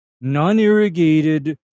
non-irrigated